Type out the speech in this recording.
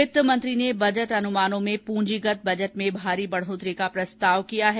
वित्तमंत्री ने बजट अनुमानों में पूंजीगत बजट में भारी बढ़ोतरी का प्रस्ताव किया है